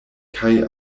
kaj